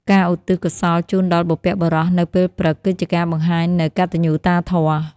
ការឧទ្ទិសកុសលជូនដល់បុព្វបុរសនៅពេលព្រឹក គឺជាការបង្ហាញនូវកតញ្ញូតាធម៌។